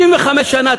65 שנה,